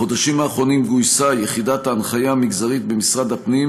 בחודשים האחרונים גויסה יחידת ההנחיה המגזרית במשרד הפנים,